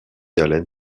allen